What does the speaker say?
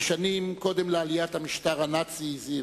ושנים קודם לעליית המשטר הנאצי הזהיר: